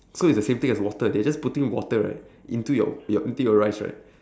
so it's the same thing as water they're just putting water right into your your into your rice right